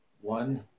one